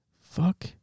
Fuck